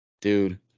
Dude